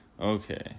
Okay